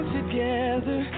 together